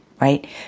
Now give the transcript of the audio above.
right